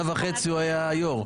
לפני שנה וחצי הוא היה היושב-ראש.